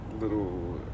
little